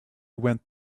went